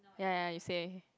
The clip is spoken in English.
ya ya you say